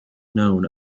known